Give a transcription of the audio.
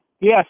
Yes